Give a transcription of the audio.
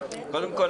קודם כול,